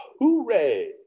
hooray